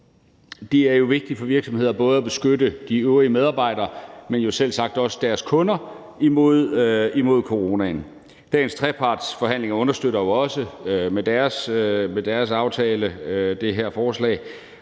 Det er jo vigtigt for virksomheder både at beskytte de øvrige medarbejdere, men jo selvsagt også deres kunder imod coronaen. Dagens omtalte trepartsforhandlinger understøtter jo også med den aftale det her forslag,